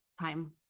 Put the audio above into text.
time